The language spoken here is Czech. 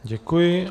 Děkuji.